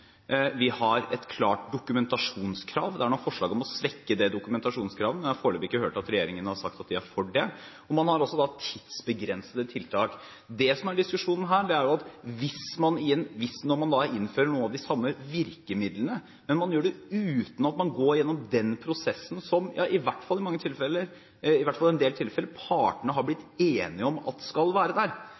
et klart dokumentasjonskrav. Det er nå forslag om å svekke det dokumentasjonskravet, men jeg har foreløpig ikke hørt at regjeringen har sagt at de er for det. Og man har også tidsbegrensede tiltak. Det som er diskusjonen her, er at når man innfører noen av de samme virkemidlene, gjør man det uten at man går gjennom den prosessen som i hvert fall i en del tilfeller partene har blitt enige om skal være der.